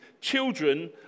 children